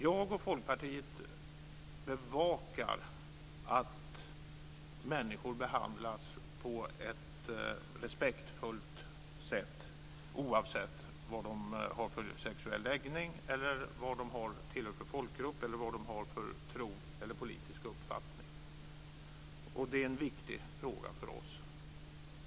Jag och Folkpartiet bevakar att människor behandlas på ett respektfullt sätt, oavsett vad de har för sexuell läggning, vilken folkgrupp de tillhör, vad de har för tro eller politisk uppfattning. Det är en viktig fråga för oss.